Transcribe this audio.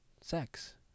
sex